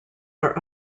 are